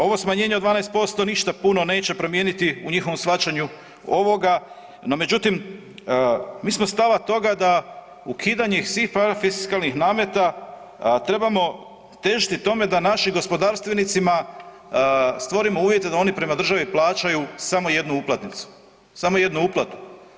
Ovo smanjenje od 12% ništa puno neće promijeniti u njihovom shvaćanju ovoga, no međutim mi smo stava toga da ukidanje svih parafiskalnih nameta trebamo težiti tome da našim gospodarstvenicima stvorimo uvjete da oni prema državi plaćaju samo jednu uplatnicu, samo jednu uplatu.